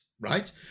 right